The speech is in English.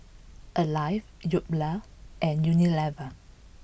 Alive Yoplait and Unilever